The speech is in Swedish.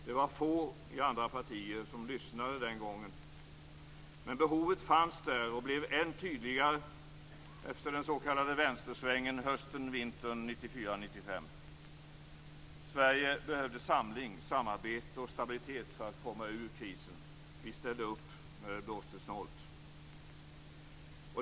Det var få i andra partier som lyssnade den gången, men behovet fanns där och blev än tydligare efter den s.k. vänstersvängen hösten/vintern 1994 1995. Sverige behövde samling, samarbete och stabilitet för att komma ur krisen. Vi ställde upp - när det blåste snålt.